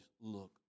look